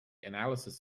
analysis